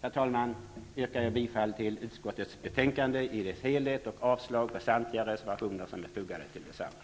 herr talman, yrkar jag bifall till utskottets hemställan i dess helhet och avslag på samtliga reservationer som är fogade till betänkandet.